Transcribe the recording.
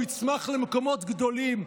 הוא יצמח למקומות גדולים.